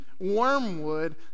Wormwood